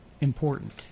important